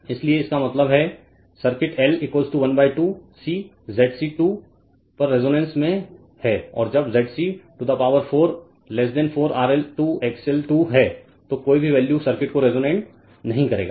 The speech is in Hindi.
इसलिए इसका मतलब है सर्किट L 12 सी ZC 2 पर रेजोनेंस में है और जब ZC to the power 4 4 RL 2 XL 2 है तो कोई भी वैल्यू सर्किट को रेसोनेन्ट नहीं करेगा